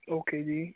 okay ਜੀ